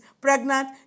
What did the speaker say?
pregnant